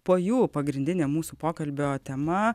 po jų pagrindinė mūsų pokalbio tema